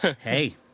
hey